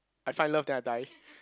I find love then I die